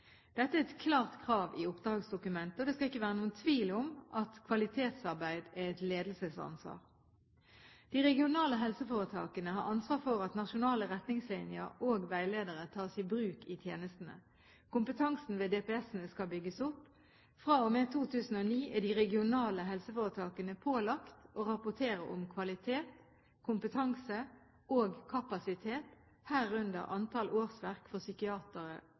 Dette er et klart krav i oppdragsdokumentet, og det skal ikke være noen tvil om at kvalitetsarbeid er et ledelsesansvar. De regionale helseforetakene har ansvar for at nasjonale retningslinjer og veiledere tas i bruk i tjenestene. Kompetansen ved DPS-ene skal bygges opp. Fra og med 2009 er de regionale helseforetakene pålagt å rapportere om kvalitet, kompetanse og kapasitet, herunder antall årsverk for psykiatere